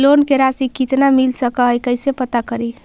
Loan के रासि कितना मिल सक है कैसे पता करी?